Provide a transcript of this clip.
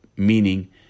meaning